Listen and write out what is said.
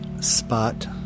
spot